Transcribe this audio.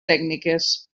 tècniques